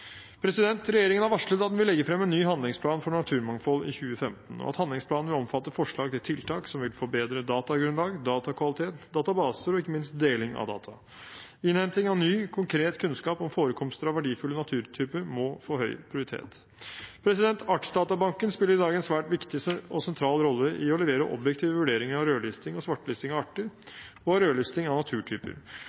Regjeringen har varslet at den vil legge frem en ny handlingsplan for naturmangfold i 2015, og at handlingsplanen vil omfatte forslag til tiltak som vil forbedre datagrunnlag, datakvalitet, databaser og ikke minst deling av data. Innhenting av ny konkret kunnskap om forekomster av verdifulle naturtyper må få høy prioritet. Artsdatabanken spiller i dag en svært viktig og sentral rolle i å levere objektive vurderinger av rødlisting og svartelisting av arter og rødlisting av naturtyper.